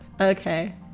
okay